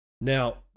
Now